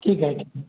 ठीक है ठीक है